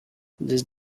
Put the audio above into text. these